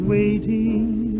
waiting